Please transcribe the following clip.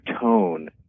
tone